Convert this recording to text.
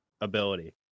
ability